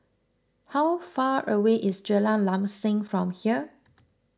how far away is Jalan Lam Sam from here